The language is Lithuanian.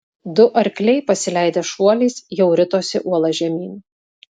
du arkliai pasileidę šuoliais jau ritosi uola žemyn